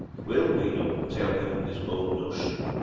will meno tell him his own notion,